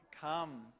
come